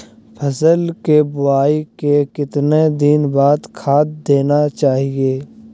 फसल के बोआई के कितना दिन बाद खाद देना चाइए?